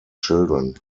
children